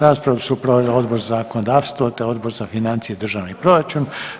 Raspravu su proveli Odbor za zakonodavstvo, te Odbor za financije i državni proračun.